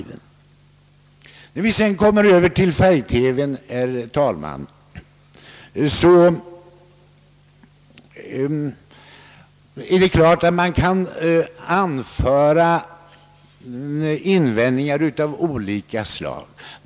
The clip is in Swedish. Vad sedan angår färg TV är det klart att det kan göras invändningar av olika slag.